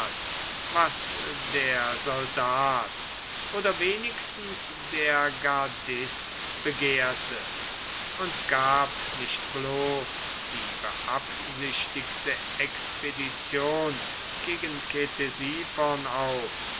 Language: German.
was der soldat oder wenigstens der gardist begehrte und gab nicht bloß die beabsichtigte expedition gegen ktesiphon auf